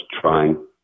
trying